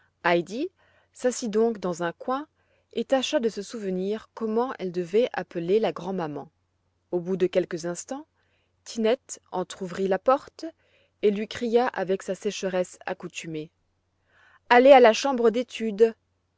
s'assit donc dans un coin et tâcha de se souvenir comment elle devait appeler la grand'maman au bout de quelques instants tinette entr'ouvrit la porte et lui cria avec sa sécheresse accoutumée allez à la chambre d'études